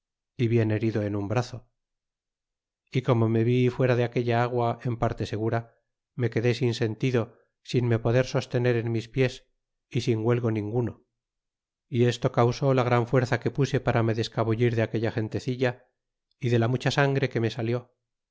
y bien herido en un brazo y como me vi fuera de aquella agua en parte segura me quedé sin sentido sin me poder sostener en mis pies é sin huelgo ninguno y esto causó la gran fuerza que puse para me descabullir de aquella gentecilla é de la mucha sangre que me salió